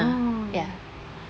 ah ya